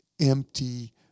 empty